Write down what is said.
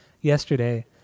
yesterday